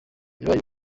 yabaye